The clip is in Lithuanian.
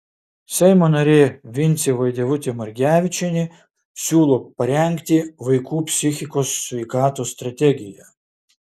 seimo narė vincė vaidevutė margevičienė siūlo parengti vaikų psichikos sveikatos strategiją